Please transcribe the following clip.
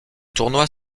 tournoi